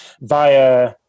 via